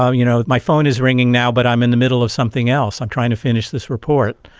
um you know my phone is ringing now but i'm in the middle of something else, i'm trying to finish this report',